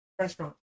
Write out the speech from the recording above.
restaurant